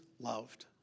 loved